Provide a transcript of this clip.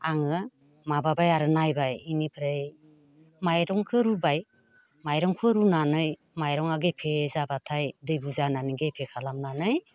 आङो माबाबाय आरो नायबाय बेनिफ्राय माइरंखौ रुबाय माइरंखौ रुनानै माइरङा गेफे जाबाथाय दै बुरजा होनानै गेफे खालामनानै